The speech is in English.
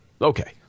Okay